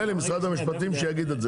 מילא שמשרד המשפטים יגיד את זה